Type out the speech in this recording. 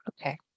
okay